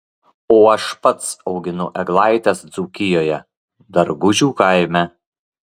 o aš pats auginu eglaites dzūkijoje dargužių kaime